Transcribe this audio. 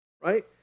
right